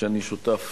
שאני שותף,